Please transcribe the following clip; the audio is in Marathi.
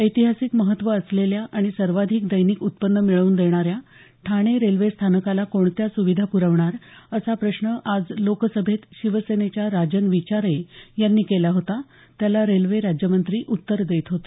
ऐतिहासिक महत्त्व असलेल्या आणि सर्वाधिक दैनिक उत्पन्न मिळवून देणा या ठाणे रेल्वे स्थानकाला कोणत्या सुविधा प्रवणार असा प्रश्न आज लोकसभेत शिवसेनेच्या राजन विचारे यांनी केला होता त्याला रेल्वे राज्यमंत्री उत्तर देत होते